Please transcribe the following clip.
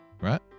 right